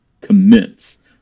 commence